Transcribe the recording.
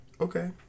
Okay